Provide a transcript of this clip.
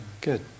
good